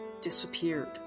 disappeared